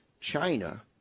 China